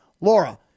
Laura